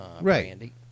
Right